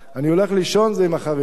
אני הולך לישון, זה עם החרדים.